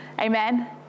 Amen